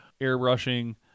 airbrushing